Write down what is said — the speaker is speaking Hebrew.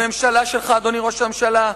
הממשלה שלך, אדוני ראש הממשלה,